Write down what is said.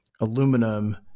aluminum